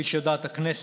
כפי שיודעת הכנסת,